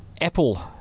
Apple